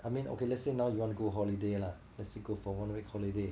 I mean okay let's say now you wanna go holiday lah let's say go for one week holiday